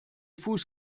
fuß